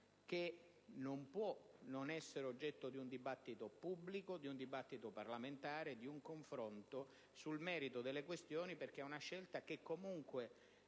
che non può non essere oggetto di un dibattito pubblico, di un dibattito parlamentare, di un confronto sul merito delle questioni, perché è una scelta che comunque,